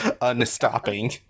Unstopping